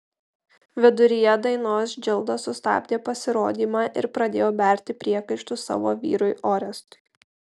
viduryje dainos džilda sustabdė pasirodymą ir pradėjo berti priekaištus savo vyrui orestui